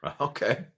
Okay